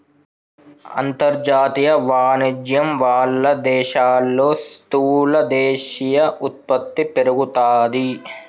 అంతర్జాతీయ వాణిజ్యం వాళ్ళ దేశాల్లో స్థూల దేశీయ ఉత్పత్తి పెరుగుతాది